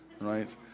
right